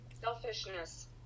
Selfishness